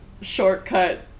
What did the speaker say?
shortcut